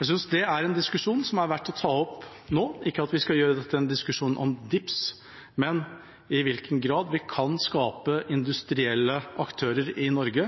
Jeg synes det er en diskusjon det er verdt å ta nå. Vi skal ikke gjøre det til en diskusjon om DIPS, men om i hvilken grad vi kan skape industrielle aktører i Norge